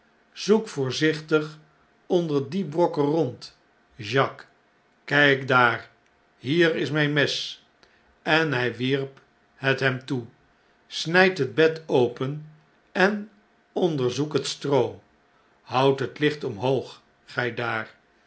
zoek voorzichtig onder die brokken rond jacques kfjk daar hierisimjnmes en h wierp het hem toe snyd het bed open en onderzoek het stroo houd het licht omhoog gjj daar